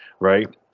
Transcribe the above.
Right